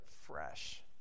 fresh